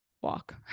walk